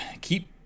keep